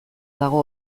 dago